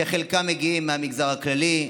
שחלקם מגיעים מהמגזר הכללי,